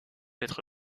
être